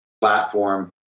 platform